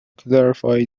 clarify